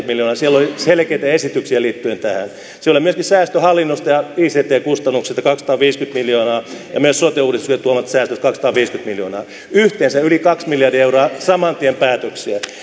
miljoonaa siellä oli selkeitä esityksiä liittyen tähän siellä oli myöskin säästö hallinnosta ja ict kustannuksista kaksisataaviisikymmentä miljoonaa ja myös sote uudistuksen tuomat säästöt kaksisataaviisikymmentä miljoonaa yhteensä yli kaksi miljardia euroa saman tien päätöksiä